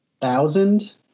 Thousand